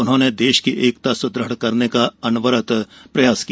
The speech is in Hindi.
उन्होंने देश की एकता सुदृढ़ करने का अनवरत प्रयास किया